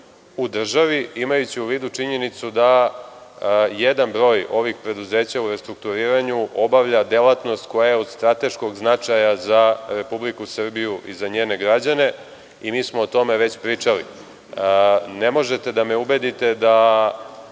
u državi, imajući u vidu činjenicu da jedan broj ovih preduzeća u restrukturiranju obavlja delatnost koja je od strateškog značaja za Republiku Srbiju i za njene građane. Mi smo o tome već pričali. Ne možete da me ubedite da